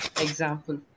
Example